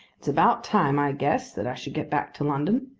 it's about time, i guess, that i should get back to london.